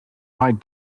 lied